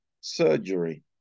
surgery